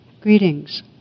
Greetings